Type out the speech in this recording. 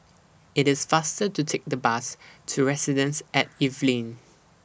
IT IS faster to Take The Bus to Residences At Evelyn